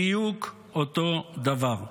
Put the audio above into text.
בדיוק אותו דבר.